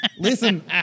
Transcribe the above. Listen